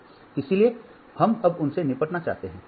इसलिए हम अब उनसे निपटना चाहते हैं